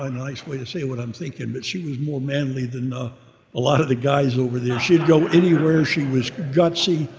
ah nice way to say what i'm thinking, but she was more manly than a ah lot of the guys over there. she would go anywhere, she was gutsy,